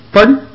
Pardon